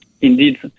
indeed